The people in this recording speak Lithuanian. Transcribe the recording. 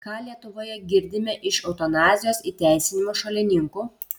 ką lietuvoje girdime iš eutanazijos įteisinimo šalininkų